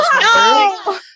No